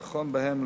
והאחרון בהם,